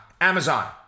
Amazon